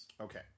Okay